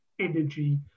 energy